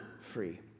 free